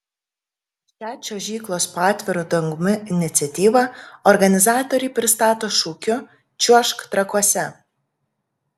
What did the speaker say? šią čiuožyklos po atviru dangumi iniciatyvą organizatoriai pristato šūkiu čiuožk trakuose